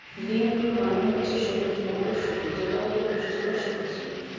green pea মানে হচ্ছে সবুজ মটরশুঁটি যেটা হল পুষ্টিকর সবজি